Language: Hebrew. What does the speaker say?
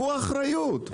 תיקחו אחריות.